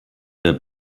der